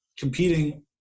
competing